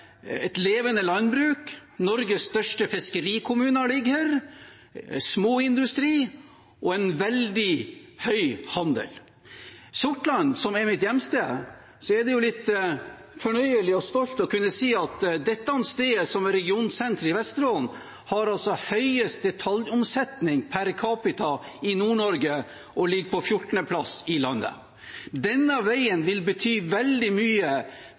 et levende landbruk. Norges største fiskerikommune ligger her, småindustri og en veldig høy handel. Sortland er mitt hjemsted, så det er jo litt fornøyelig og jeg er stolt av å kunne si at dette stedet, som er regionsenteret i Vesterålen, har høyest detaljomsetning per capita i Nord-Norge, og ligger på 14. plass i landet. Denne veien vil bety veldig mye